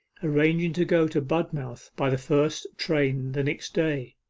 arranging to go to budmouth by the first train the next day.